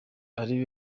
ari